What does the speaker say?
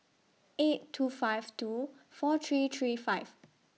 eight two five two four three three five